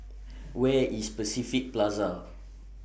Where IS Pacific Plaza